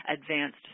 advanced